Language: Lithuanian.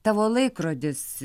tavo laikrodis